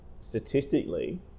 statistically